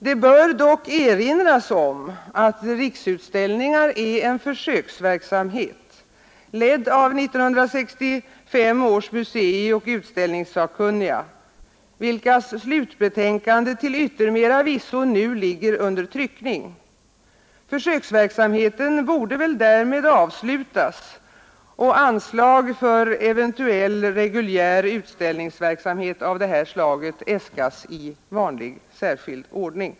Det bör dock erinras om att Riksutställningar är en försöksverksamhet, ledd av 1965 års museioch utställningssakkunniga.